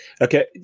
Okay